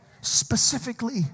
specifically